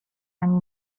ani